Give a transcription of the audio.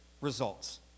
results